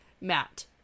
Matt